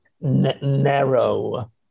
narrow